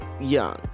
young